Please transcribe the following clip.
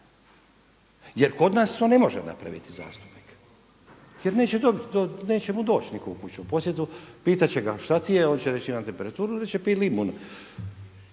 jer kod nas to ne može napraviti zastupnik jer neće mu doć niko u kućnu posjetu. Pitat će ga šta ti je, on će reći imam temperaturu, reće pij limun